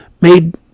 made